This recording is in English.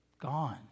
Gone